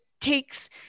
takes